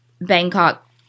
Bangkok